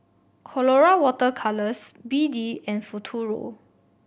Colora Water Colours B D and Futuro